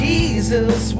Jesus